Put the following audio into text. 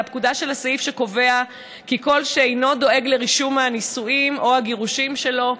הסעיף שקובע כי "כל שאינו דואג לרישום הנישואין או הגירושין שלו,